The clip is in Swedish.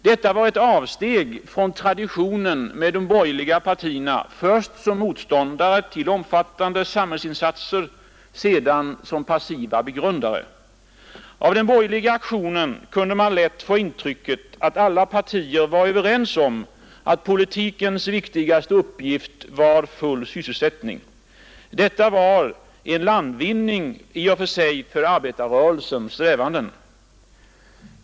Detta var ett avsteg från traditionen med de borgerliga partierna först som motståndare till omfattande samhällsinsatser, sedan som passiva begrundare. Av den borgerliga aktionen kunde man lätt få det intrycket att alla partier var överens om att politikens viktigaste uppgift var full sysselsättning. Detta var i och för sig en landvinning för arbetarrörelsens strävanden.